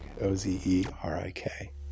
O-Z-E-R-I-K